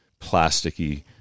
plasticky